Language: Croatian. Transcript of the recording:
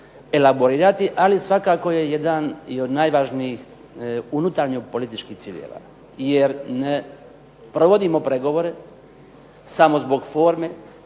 elaborirati. Ali svakako je jedan i od najvažnijih unutarnjih političkih ciljeva jer ne provodimo pregovore samo zbog forme,